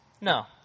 no